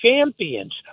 champions